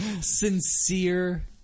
Sincere